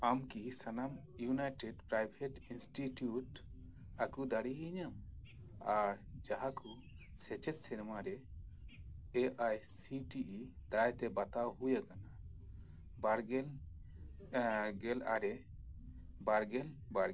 ᱟᱢᱠᱤ ᱥᱟᱱᱟᱢ united private institute ᱟᱹᱜᱩ ᱫᱟᱲᱤᱭᱟᱹᱧᱟᱹᱢ ᱟᱨ ᱡᱟᱦᱟᱸᱠᱚ ᱥᱮᱪᱮᱫ ᱥᱮᱨᱢᱟᱨᱮ A I C T E ᱫᱟᱨᱟᱭᱛᱮ ᱵᱟᱛᱟᱣ ᱦᱩᱭ ᱟᱠᱟᱱᱟ ᱵᱟᱨᱜᱮᱞ ᱜᱮᱞ ᱟᱨᱮ ᱵᱟᱨᱜᱮᱞ ᱵᱟᱨᱜᱮᱞ